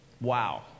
Wow